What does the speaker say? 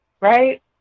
right